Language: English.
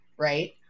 right